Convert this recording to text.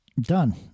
Done